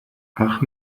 ach